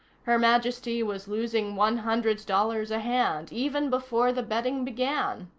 her majesty was losing one hundred dollars a hand, even before the betting began.